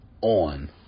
on